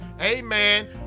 amen